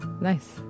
Nice